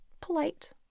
polite